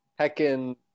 heckin